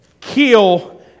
kill